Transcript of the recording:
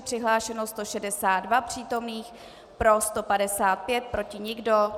Přihlášeno 162 přítomných, pro 155, proti nikdo.